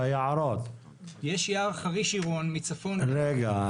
יש יער חריש עירון מהצפון -- רגע.